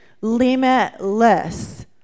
Limitless